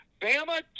Bama